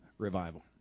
Revival